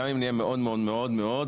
גם אם נהיה מאוד מאוד מאוד אופטימיים,